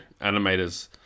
animators